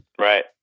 Right